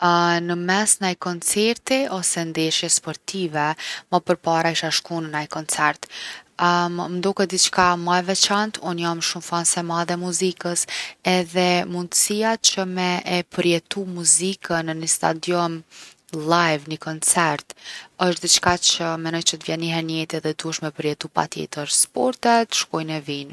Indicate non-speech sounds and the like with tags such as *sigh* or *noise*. *hesitation* Në mes naj koncerti ose ndeshje sportive, ma përpara isha shku n’naj koncert. M’doket diçka ma e veçantë, unë jom shumë fanse e madhe e muzikës edhe mundsia që me e përjetu muzikën në ni stadium live ni koncert osht diçka që menoj që t’vjen niher n’jetë edhe duhesh me përjetu patjetër. Sportet shkojnë e vijnë.